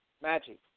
Magic